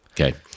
Okay